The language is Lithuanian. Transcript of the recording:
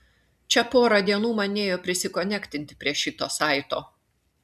čia porą dienų man nėjo prisikonektinti prie šito saito